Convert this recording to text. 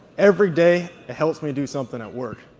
every day it helps me do something at work.